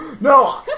No